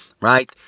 right